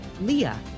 Leah